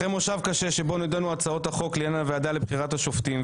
אחרי מושב קשה שבו נדונו הצעות החוק לעניין הוועדה לבחירת השופטים,